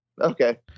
Okay